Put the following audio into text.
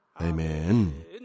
Amen